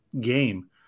game